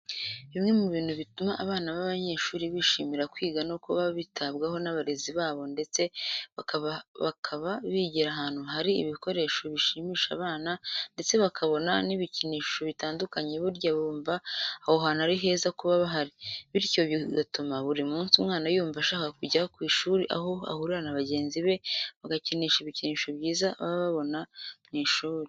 Bimwe mu bintu bituma abana b'abanyeshuri bishimira kwiga no kuba bitabwaho n'abarezi babo ndetse bakaba bigira ahantu ha ri ibikoresho bishimisha abana ndetse bakabona n'ibikinisho bitandukanye burya bumva aho hantu ari heza kuba bahari, bityo bigatuma buri munsi umwana yumva ashaka kujya ku ishuri aho ahurira na bagenzi be bagakinisha ibikinisho byiza baba babona mu ishuri.